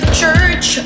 church